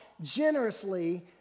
generously